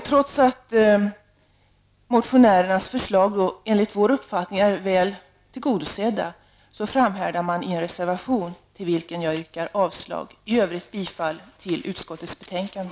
Trots att motionärernas förslag enligt vår uppfattning är väl tillgodosedda, förs de vidare i en reservation, till vilken jag yrkar avslag. I övrigt yrkar jag bifall till hemställan i utskottets betänkande.